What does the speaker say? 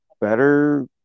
better